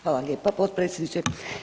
Hvala lijepa potpredsjedniče.